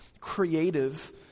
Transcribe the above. creative